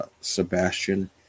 Sebastian